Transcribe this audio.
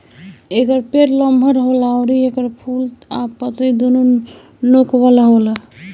एकर पेड़ लमहर होला अउरी एकर फूल आ पतइ दूनो नोक वाला होला